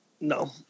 No